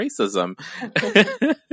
racism